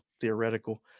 theoretical